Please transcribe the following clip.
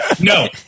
no